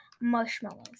marshmallows